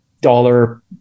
dollar